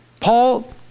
Paul